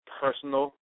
personal